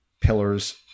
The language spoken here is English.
pillars